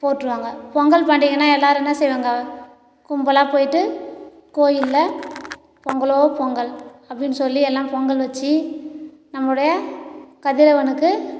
போற்றுவாங்க பொங்கல் பண்டிகையெலாம் எல்லோரும் என்ன செய்வாங்க கும்பலாக போயிட்டு கோவில்ல பொங்கலோ பொங்கல் அப்படினு சொல்லி எல்லா பொங்கல் வச்சு நம்முடைய கதிரவனுக்கு